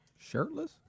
Shirtless